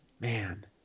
man